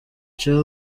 cyo